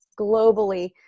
globally